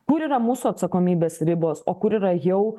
kur yra mūsų atsakomybės ribos o kur yra jau